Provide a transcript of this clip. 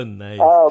nice